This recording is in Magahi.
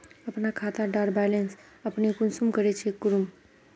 अपना खाता डार बैलेंस अपने कुंसम करे चेक करूम?